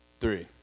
three